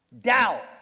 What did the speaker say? Doubt